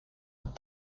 but